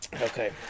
Okay